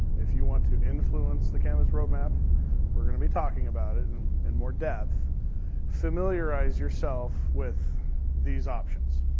if you want to influence the canvas roadmap we're gonna be talking about it and in more depth familiarize yourself with these options.